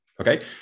okay